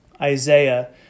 Isaiah